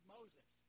Moses